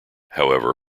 however